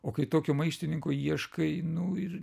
o kai tokio maištininko ieškai nu ir